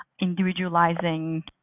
individualizing